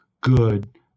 good